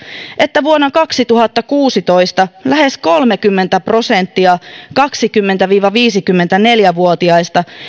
että vuonna kaksituhattakuusitoista lähes kolmekymmentä prosenttia kaksikymmentä viiva viisikymmentäneljä vuotiaista